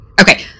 Okay